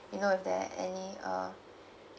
you know if there any uh